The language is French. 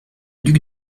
duc